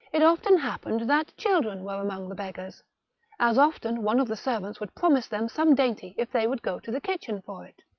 it often happened that children were among the beggars as often one of the servants would promise them some dainty if they would go to the kitchen for it.